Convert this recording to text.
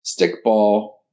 stickball